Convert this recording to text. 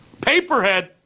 Paperhead